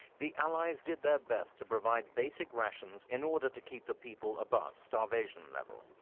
the allies did their best to provide basic rations in order to keep the people above starvation level.